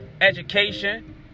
education